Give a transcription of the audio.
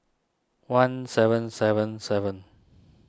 one seven seven seven